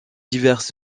diverses